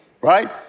right